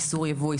איסור ייבוא,